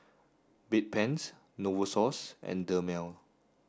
Bedpans Novosource and Dermale